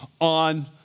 on